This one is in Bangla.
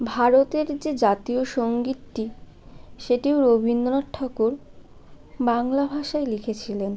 ভারতের যে জাতীয় সঙ্গীতটি সেটি রবীন্দ্রনাথ ঠাকুর বাংলা ভাষায় লিখেছিলেন